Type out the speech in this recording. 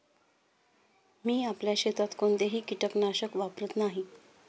मी आपल्या शेतात कोणतेही कीटकनाशक वापरत नाही